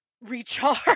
Recharge